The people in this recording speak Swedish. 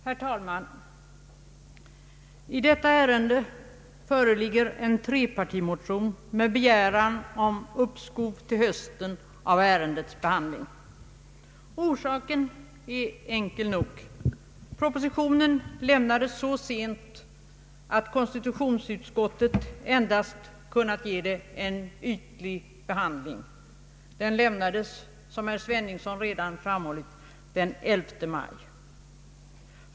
Herr talman! I detta ärende föreligger en trepartimotion med begäran om uppskov till hösten av ärendets behandling. Orsaken är enkel nog. Propositionen lämnades så sent att konstitutionsutskottet endast kunnat ge den en ytlig behandling. Den lämnades, som herr Sveningsson redan framhållit, den 11 maj.